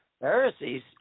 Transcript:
Pharisees